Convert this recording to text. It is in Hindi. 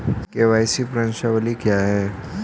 के.वाई.सी प्रश्नावली क्या है?